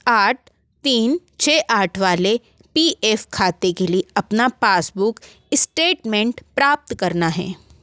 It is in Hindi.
आठ तीन छ आठ वाले पी एफ़ खाते के लिए अपना पासबुक स्टेटमेंट प्राप्त करना है